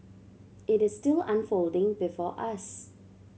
it is still unfolding before us